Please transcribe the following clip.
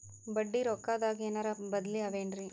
ಬಡ್ಡಿ ರೊಕ್ಕದಾಗೇನರ ಬದ್ಲೀ ಅವೇನ್ರಿ?